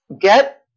get